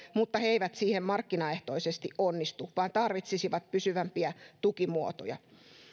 mutta he eivät siinä markkinaehtoisesti onnistu vaan tarvitsisivat pysyvämpiä tukimuotoja